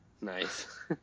Nice